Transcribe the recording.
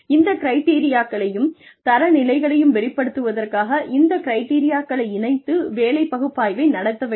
இந்த கிரிட்டெரியாக்களையும் தரநிலைகளையும் வெளிப்படுத்துவதற்காக இந்த கிரிட்டெரியாக்களை இணைத்து வேலை பகுப்பாய்வுகளை நடத்த வேண்டும்